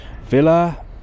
Villa